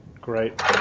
Great